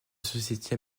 société